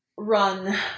Run